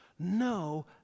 No